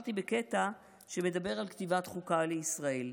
בחרתי בקטע שמדבר על כתיבת חוקה לישראל: